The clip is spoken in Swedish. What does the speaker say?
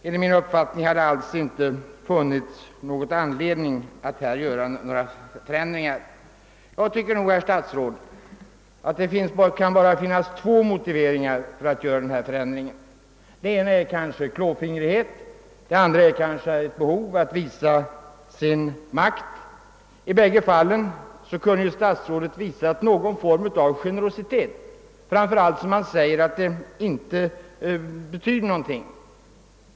Enligt min uppfattning har det alltså inte funnits anledning att här göra några förändringar. Jag tycker, herr statsråd, att det bara kan finnas två motiveringar för denna förändring. Den ena är kanske klåfingrighet och den andra är kanske ett behov av att visa sin makt. I båda fallen kunde statsrådet ha visat någon form av generositet, framför allt då han säger att ändringen inte betyder någonting.